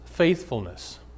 faithfulness